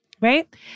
right